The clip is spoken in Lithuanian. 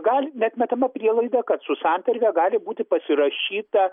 gal neatmetama prielaida kad su santarve gali būti pasirašyta